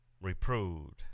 reproved